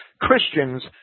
Christians